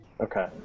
Okay